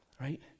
Right